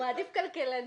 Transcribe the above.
יש לנו גם כלכלנים.